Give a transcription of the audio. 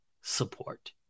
support